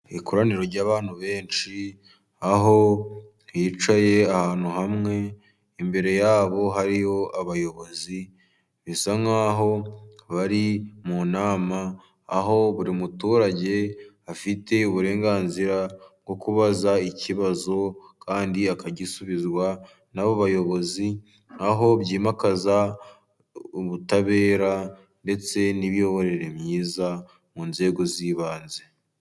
Ikoraniro ry'abantu benshi, aho hicaye ahantu hamwe, imbere yabo hariho abayobozi. Bisa nk'aho bari mu nama, aho buri muturage afite uburenganzira bwo kubaza ikibazo kandi akagisubizwa n'abo bayobozi. Aho byimakaza ubutabera, ndetse n'imiyoborere myiza mu nzego z'ibanze.